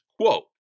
quote